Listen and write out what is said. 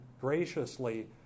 graciously